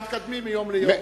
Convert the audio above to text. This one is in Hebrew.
אנחנו מתקדמים מיום ליום.